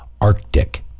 Arctic